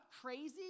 crazy